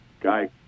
guy